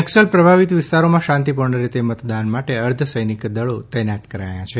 નકસલ પ્રભાવિત વિસ્તારોમાં શાંતિપૂર્ણ રીતે મતદાન માટે અર્ધસૈનિક દળો તૈનાત કરાયા છે